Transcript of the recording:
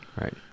Right